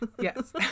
Yes